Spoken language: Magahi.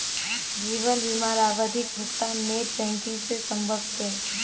जीवन बीमार आवधिक भुग्तान नेट बैंकिंग से संभव छे?